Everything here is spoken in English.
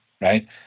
right